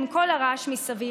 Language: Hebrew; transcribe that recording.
עם כל הרעש מסביב,